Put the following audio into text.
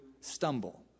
stumble